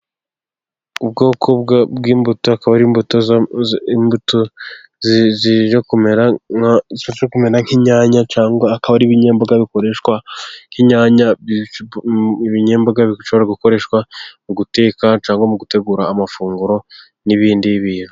Ubwoko bw'imbuto， akaba ari imbuto zijya kumera nk'inyanya，cyangwa akaba ari ibinyemboga bikoreshwa nk'inyanya， ibinyemboga bishobora gukoreshwa mu guteka，cyangwa mu gutegura amafunguro n'ibindi bintu.